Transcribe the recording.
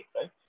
right